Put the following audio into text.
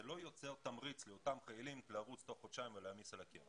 זה לא יוצר תמריץ לאותם חיילים לרוץ תוך חודשיים ולהעמיס על הקרן.